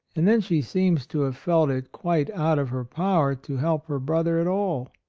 and then she seems to have felt it quite out of her power to help her brother at all.